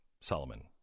Solomon